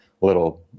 little